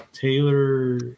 Taylor